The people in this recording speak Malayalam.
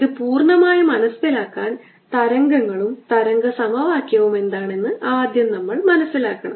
ഇത് പൂർണ്ണമായി മനസ്സിലാക്കാൻ തരംഗങ്ങളും തരംഗ സമവാക്യവും എന്താണെന്ന് ആദ്യം നമ്മൾ മനസ്സിലാക്കണം